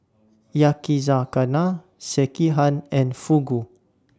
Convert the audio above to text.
Yakizakana Sekihan and Fugu